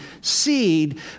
seed